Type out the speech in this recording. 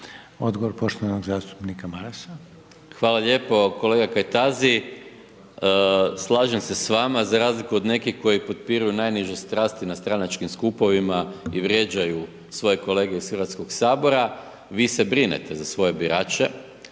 Odgovor poštovanog zastupnika Marasa. **Maras, Gordan (SDP)** Hvala lijepo kolega Kajtazi. Slažem se s vama, za razliku od nekih koji kopiraju najniže strasti na stranačkim skupovima i vrijeđaju svoje kolege iz Hrvatskog sabora, vi se brinete za svoje birače